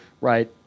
right